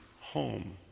home